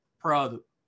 product